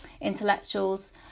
intellectuals